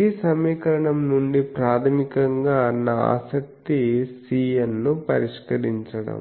ఈ సమీకరణం నుండి ప్రాథమికంగా నా ఆసక్తి Cn ను పరిష్కరించడం